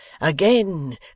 Again